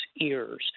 ears